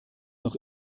noch